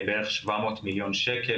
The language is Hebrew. בערך 700 מיליון שקל.